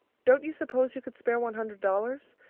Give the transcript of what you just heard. don't you suppose you could spare one hundred dollars?